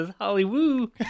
Hollywood